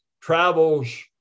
travels